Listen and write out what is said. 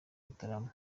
mutarama